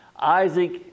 Isaac